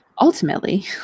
ultimately